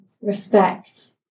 respect